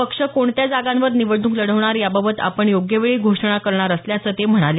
पक्ष कोणत्या जागांवर निवडणूक लढवणार याबाबत आपण योग्यवेळी घोषणा करणार असल्याचं ते म्हणाले